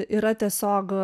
yra tiesiog